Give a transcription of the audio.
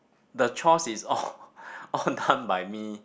the chores is all all done by me